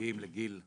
מגיעים לגיל השלישי,